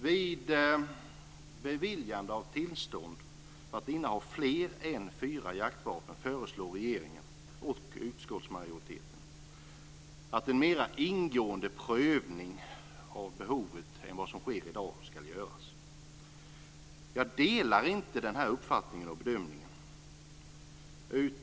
Vid beviljande av tillstånd att inneha fler än fyra jaktvapen föreslår regeringen och utskottsmajoriteten att en mer ingående prövning av behovet än vad som sker i dag ska göras. Jag delar inte den uppfattningen och bedömningen.